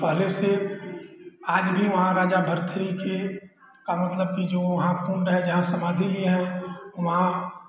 पहले से आज भी वहाँ राजा भर्तृहरि के का मतलब की जो वहाँ कुंड है जहाँ समाधि लिये हैं वहाँ